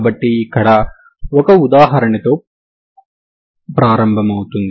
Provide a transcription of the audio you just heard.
కాబట్టి ఇక్కడ ఒక ఉదాహరణతో ప్రారంభమవుతుంది